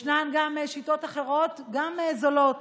ישנן גם שיטות אחרות, גם זולות